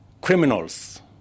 criminals